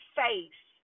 face